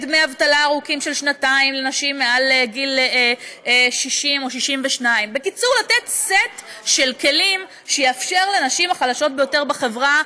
דמי אבטלה ארוכים של שנתיים לנשים מעל גיל 60 או 62. בקיצור לתת סט של כלים שיאפשר לנשים החלשות ביותר בחברה,